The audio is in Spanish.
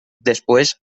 después